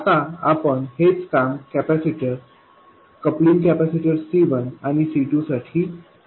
आता आपण हेच काम कॅपेसिटर कपलिंग कॅपेसिटर C1 आणि C2 साठी करू